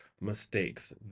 mistakes